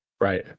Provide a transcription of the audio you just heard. Right